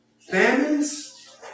famines